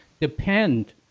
depend